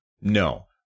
No